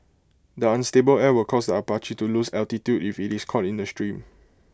the unstable air will cause the Apache to lose altitude if IT is caught in the stream